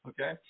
okay